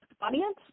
audience